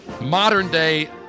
modern-day